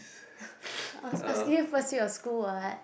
I was asking you first week of school [what]